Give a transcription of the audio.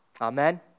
Amen